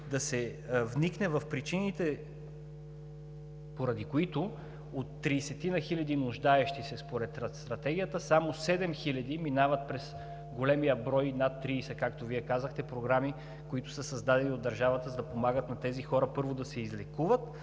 да се вникне в причините, поради които от 30-ина хиляди нуждаещи се според Стратегията само 7 хиляди минават през големия брой над 30 програми, както Вие казахте, които са създадени от държавата, за да помагат на тези хора, първо, да се излекуват